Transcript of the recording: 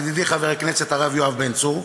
ידידי חבר הכנסת הרב יואב בן צור,